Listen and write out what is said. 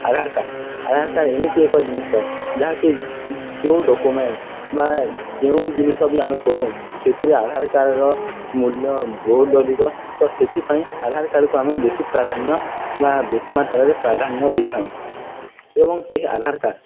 ଆଧାର card Aadhaar card ଏମିତି ଏକ ଜିନିଷ ଯାହାକି ଯେଉଁ ଡ଼କ୍ୟୁମେଣ୍ଟ ବା ଯେଉଁ ଜିନିଷ ବି ଆମେ କରୁ ସେଥିରେ ଆଧାର କାର୍ଡ଼ର ମୂଲ୍ୟ ବହୁତ ଅଧିକ ତ ସେଥିପାଇଁ ଆଧାର କାର୍ଡ଼କୁ ଆମେ ବେଶୀ ପ୍ରାଧାନ୍ୟ ବା ବେଶୀ ମାତ୍ରାରେ ପ୍ରାଧାନ୍ୟ ଦେଇଥାଉ ଏବଂ ସେହି ଆଧାର କାର୍ଡ଼